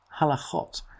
halachot